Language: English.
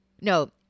No